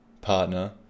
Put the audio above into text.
partner